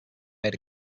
made